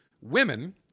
women